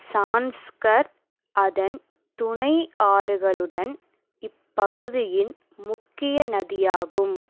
சான்ஸ்கர் அதன் துணை ஆறுகளுடன் இப்பகுதியின் முக்கிய நதியாகும்